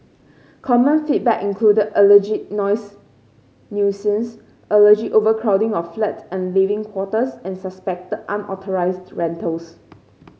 common feedback included alleged noise nuisance alleged overcrowding of flats and living quarters and suspected unauthorised rentals